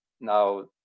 now